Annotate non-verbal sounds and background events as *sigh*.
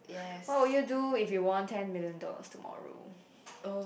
what would you do if you won ten million dollars tomorrow *breath*